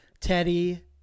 Teddy